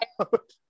out